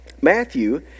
Matthew